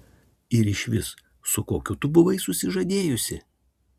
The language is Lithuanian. ir išvis su kokiu tu buvai susižadėjusi